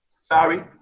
Sorry